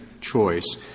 choice